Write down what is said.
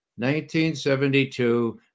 1972